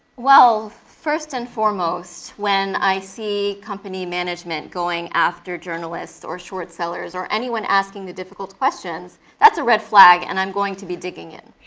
well, first and foremost, when i see company management going after journalists, or short sellers, or anyone asking the difficult questions, that's a red flag and i'm going to be digging in.